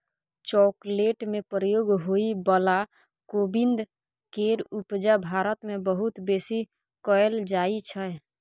chocolate में प्रयोग होइ बला कोविंद केर उपजा भारत मे बहुत बेसी कएल जाइ छै